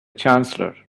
chancellor